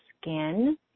skin